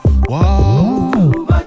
Whoa